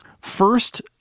first